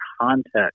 context